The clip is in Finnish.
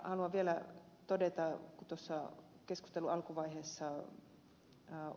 haluan vielä todeta kun keskustelun alkuvaiheessa ed